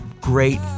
great